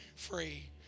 free